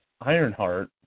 Ironheart